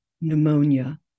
pneumonia